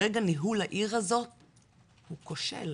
וכרגע ניהול העיר הזאת הוא כושל.